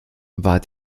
war